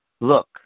look